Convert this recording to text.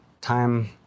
time